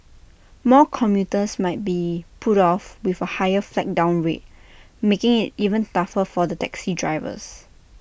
more commuters might be put off with A higher flag down rate making IT even tougher for the taxi drivers